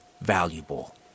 valuable